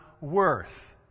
worth